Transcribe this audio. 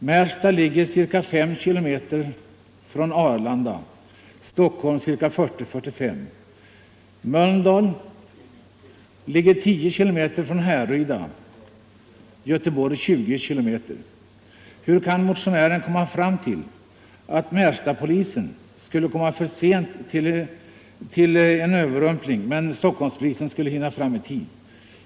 Märsta ligger ca 5 km från Arlanda, Stockholm ca 40-45 km. Mölndal ligger ca 10 km från Landvetter, Göteborg 20 km. Hur kan motionären komma fram till att Märstapolisen skulle komma för sent till en överrumpling på Arlanda, medan Stockholmspolisen skulle hinna fram i tid?